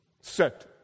set